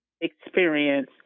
experience